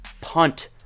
punt